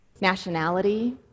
Nationality